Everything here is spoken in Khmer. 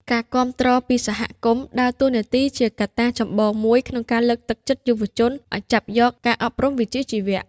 ការគាំទ្រពីសហគមន៍ ដើរតួនាទីជាកត្តាចម្បងមួយក្នុងការលើកទឹកចិត្តយុវជនឱ្យចាប់យកការអប់រំវិជ្ជាជីវៈ។